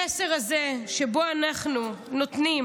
המסר הזה, שאנחנו נותנים